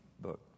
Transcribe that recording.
book